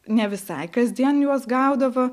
ne visai kasdien juos gaudavo